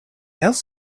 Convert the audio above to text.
else